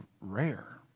rare